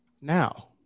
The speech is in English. Now